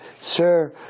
sir